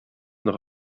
noch